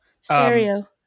stereo